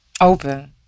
Open